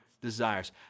desires